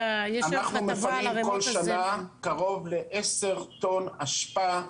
אנחנו מפנים כל שנה קרוב ל-10 טון אשפה.